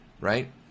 right